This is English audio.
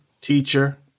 teacher